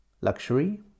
luxury